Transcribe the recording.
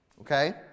okay